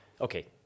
Okay